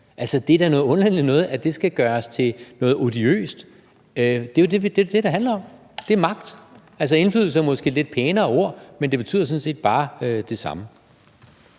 Det er da noget underligt noget, at det skal gøres til noget odiøst. Det er jo magt, det handler om. Indflydelse er måske et lidt pænere ord, men det betyder sådan set bare det samme.